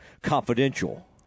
Confidential